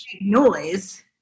noise